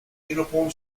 uniform